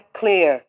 clear